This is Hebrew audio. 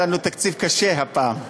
היה לנו תקציב קשה הפעם.